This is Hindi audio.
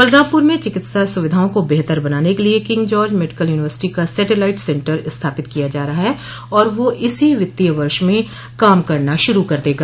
बलरामपुर में चिकित्सा सुविधाओं को बेहतर बनाने के लिये किंग जार्ज मेडिकल यूनिवर्सिटी का सेटेलाइट सेन्टर स्थापित किया जा रहा है और वह इसी वित्तीय वर्ष में काम करना शुरू कर देगा